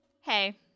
hey